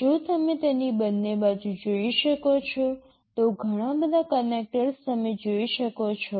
જો તમે તેની બંને બાજુ જોઈ શકો છો તો ઘણા બધા કનેક્ટર્સ તમે જોઈ શકો છો